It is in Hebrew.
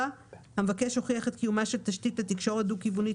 (4)המבקש הוכיח את קיומה של תשתית לתקשורת דו־כיוונית